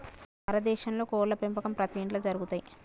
భారత దేశంలో కోడ్ల పెంపకం ప్రతి ఇంట్లో జరుగుతయ్